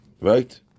Right